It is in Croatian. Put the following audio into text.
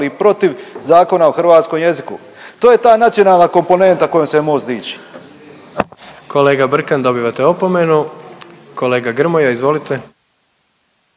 glasali protiv Zakona o hrvatskom jeziku. To je ta nacionalna komponenta kojom se Most diči. **Jandroković, Gordan (HDZ)** Kolega Brkan, dobivate opomenu. Kolega Grmoja, izvolite.